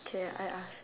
K I ask